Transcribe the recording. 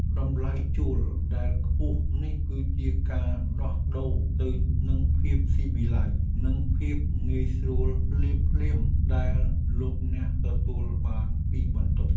តម្លៃជួលដែលខ្ពស់នេះគឺជាការដោះដូរទៅនឹងភាពស៊ីវិល័យនិងភាពងាយស្រួលភ្លាមៗដែលលោកអ្នកទទួលបានពីបន្ទប់។